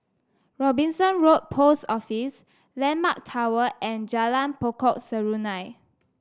Robinson Road Post Office landmark Tower and Jalan Pokok Serunai